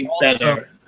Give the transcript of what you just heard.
better